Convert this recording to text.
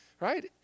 right